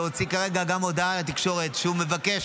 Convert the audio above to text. שהוציא כרגע גם הודעה לתקשורת שהוא מבקש